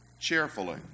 cheerfully